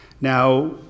Now